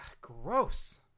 gross